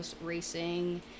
racing